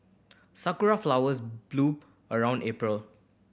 sakura flowers bloom around April